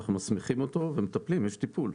אנחנו מסמיכים אותו ומטפלים, יש טיפול.